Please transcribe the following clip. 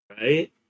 Right